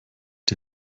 die